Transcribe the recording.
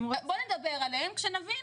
נדבר עליהם כשנבין.